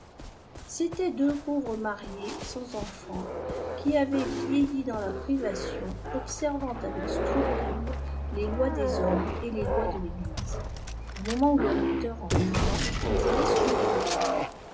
c'étaient deux pauvres mariés sans eiifants qui avaient vieilli dans la privation observant avec scrupule les lois des hommes et les lois de l'ëglise au moment où le recteur entra ilà allaient se mettre à table